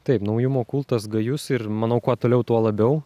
taip naujumo kultas gajus ir manau kuo toliau tuo labiau